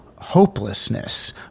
hopelessness